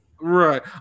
Right